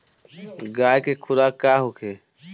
गाय के खुराक का होखे?